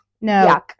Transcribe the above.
No